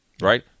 right